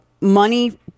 money